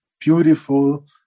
beautiful